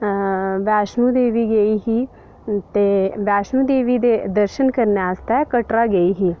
बैश्णो देवी गेई ही ते बैश्णो देवी दे दर्शन करने आस्तै कटरा गेई ही